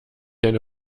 eine